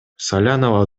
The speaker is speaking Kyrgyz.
салянова